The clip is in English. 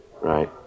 Right